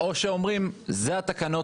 או שאומרים: אלה התקנות,